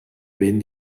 ben